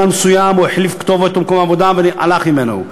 ובזמן מסוים הוא החליף כתובת או מקום עבודה וזה הלך ממנו,